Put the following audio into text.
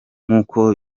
nkuko